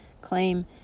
claim